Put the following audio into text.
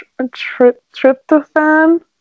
Tryptophan